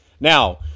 Now